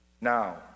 Now